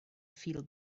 feel